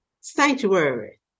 Sanctuary